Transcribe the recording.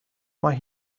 mae